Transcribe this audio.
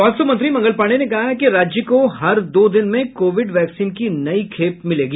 स्वास्थ्य मंत्री मंगल पांडेय ने कहा है कि राज्य को हर दो दिन में कोविड वैक्सीन की नई खेप मिलेगी